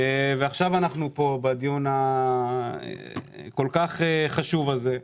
עכשיו אנחנו בדיון הכל כך חשוב הזה.